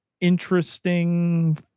interesting